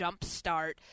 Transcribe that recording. jumpstart